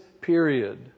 period